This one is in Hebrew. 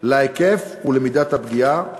להיקף ולמידת הפגיעה